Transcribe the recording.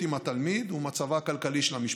עם התלמיד ומצבה הכלכלי של המשפחה.